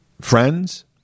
friends